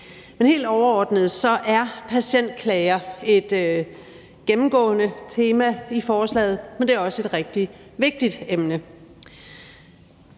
Helt overordnet er patientklager et gennemgående tema i forslaget, men det er også et rigtig vigtigt emne.